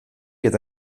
eta